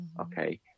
Okay